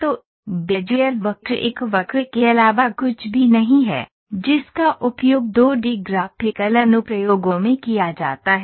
तो बेजियर वक्र एक वक्र के अलावा कुछ भी नहीं है जिसका उपयोग 2 डी ग्राफिकल अनुप्रयोगों में किया जाता है